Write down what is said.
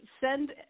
send